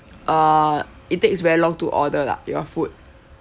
uh it takes very long to order lah your food